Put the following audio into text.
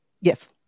Yes